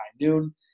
noon